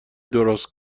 درست